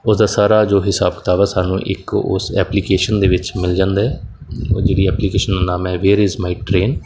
ਉਹਦਾ ਸਾਰਾ ਜੋ ਹਿਸਾਬ ਕਿਤਾਬ ਆ ਸਾਨੂੰ ਇੱਕ ਉਸ ਐਪਲੀਕੇਸ਼ਨ ਦੇ ਵਿੱਚ ਮਿਲ ਜਾਂਦਾ ਜਿਹੜੀ ਐਪਲੀਕੇਸ਼ਨ ਨਾਮ ਹੈ ਵੇਅਰ ਇਜ ਮਾਈ ਟਰੇਨ